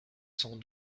sans